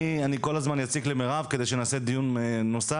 אני כל הזמן אציק למירב כדי שנעשה דיון נוסף.